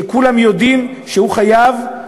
שכולם יודעים שהוא חייב,